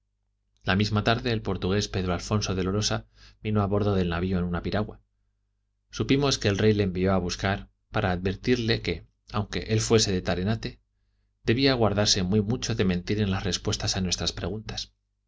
la misma tarde el portugués pedro alfonso de lorosa vino a bordo del navio en una piragua supimos que el rey le envió a buscar para advertirle que aunque él fuese de tarenate debía guardarse muy mucho de mentir en las respuestas a nuestras preguntas